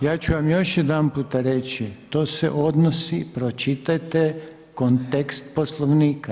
Ja ću vam još jedan puta reći to se odnosi, pročitajte kontekst Poslovnika.